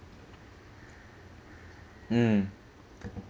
mm